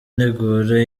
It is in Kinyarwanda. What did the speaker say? nteguro